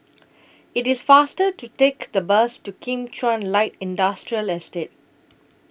IT IS faster to Take The Bus to Kim Chuan Light Industrial Estate